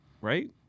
Right